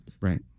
Right